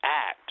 act